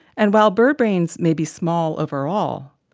and while bird brains may be small overall,